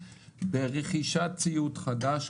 ברכישת ציוד חדש,